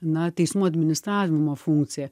na teismų administravimo funkciją